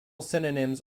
synonyms